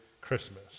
Christmas